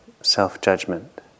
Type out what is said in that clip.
self-judgment